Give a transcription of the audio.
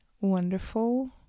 wonderful